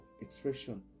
expression